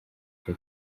bya